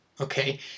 okay